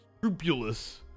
scrupulous